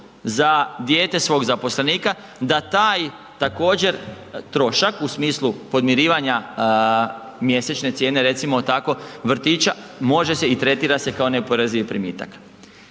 za dijete svog zaposlenika da taj također, trošak u smislu podmirivanja mjesečne cijene, recimo tako, vrtića može se i tretira se kao neoporezivi primitak.